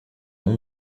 nom